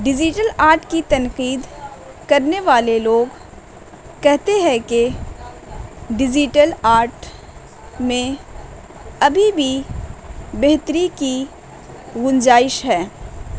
digital art کی تنقید کرنے والے لوگ کہتے ہیں کہ ڈیزیٹل آرٹ میں ابھی بھی بہتری کی گنجائش ہے